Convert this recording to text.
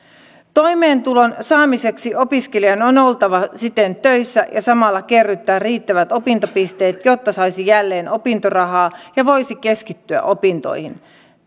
toimeentulon saamiseksi opiskelijan on oltava siten töissä ja samalla kerrytettävä riittävät opintopisteet jotta saisi jälleen opintorahaa ja voisi keskittyä opintoihin